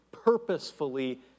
purposefully